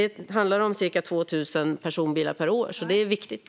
Det handlar om ca 2 000 personbilar per år, så det är viktigt.